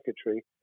secretary